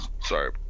Sorry